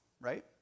right